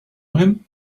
him